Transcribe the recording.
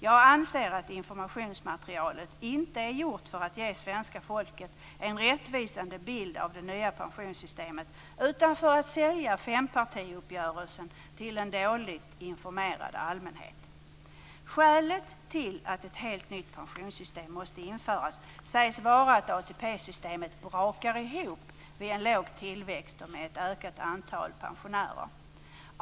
Jag anser att informationsmaterialet inte är gjort för att ge svenska folket en rättvisande bild av det nya pensionssystemet, utan för att sälja fempartiuppgörelsen till en dåligt informerad allmänhet. Skälet till att ett helt nytt pensionssystem måste införas sägs vara att ATP-systemet "brakar ihop" vid en låg tillväxt och med ett ökat antal pensionärer.